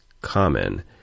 common